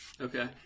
Okay